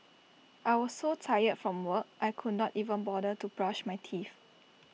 I was so tired from work I could not even bother to brush my teeth